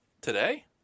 Today